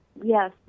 yes